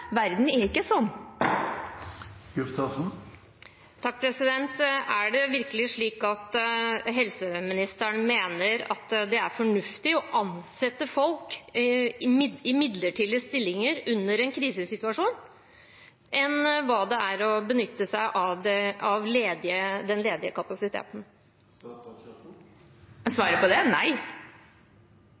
Verden er ikke sånn. Er det virkelig slik at helseministeren mener det er mer fornuftig å ansette folk i midlertidige stillinger under en krisesituasjon enn det er å benytte seg av den ledige kapasiteten? Svaret på det er nei.